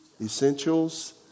essentials